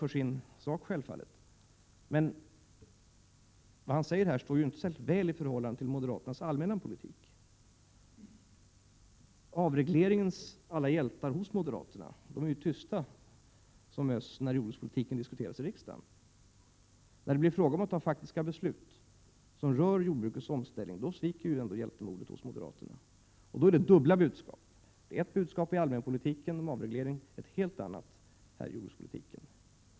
Han argumenterar självfallet för sin sak, men vad han säger överensstämmer ju inte särskilt väl med moderaternas allmänna politik. Avregleringens alla hjältar hos moderaterna är ju tysta som möss när jordbrukspolitiken diskuteras i riksdagen. När det blir fråga om att fatta faktiska beslut om jordbrukets omställning, då sviker ändå hjältemodet hos moderaterna. Därför handlar det om dubbla budskap. Man har ett budskap om avreglering när det gäller den allmänna politiken och ett helt annat när det gäller jordbrukspolitiken.